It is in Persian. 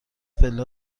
پله